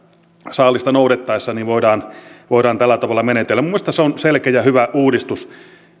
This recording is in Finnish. saalista noudettaessa voidaan voidaan tällä tavalla menetellä minun mielestäni se on selkeä ja hyvä uudistus